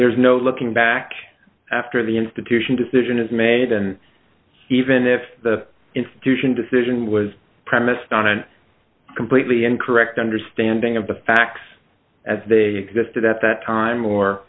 there is no looking back after the institution decision is made and even if the institution decision was premised on a completely incorrect understanding of the facts as they exist at that time or